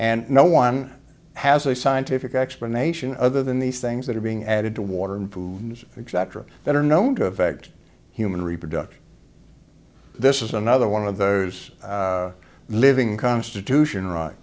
and no one has a scientific explanation other than these things that are being added to water and food exactly that are known to affect human reproduction this is another one of those living constitution right